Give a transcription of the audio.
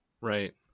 Right